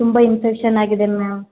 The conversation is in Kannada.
ತುಂಬ ಇನ್ಫೆಕ್ಷನ್ ಆಗಿದೆ ಮ್ಯಾಮ್